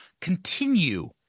continue